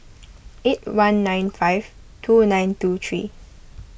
eight one nine five two nine two three